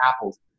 apples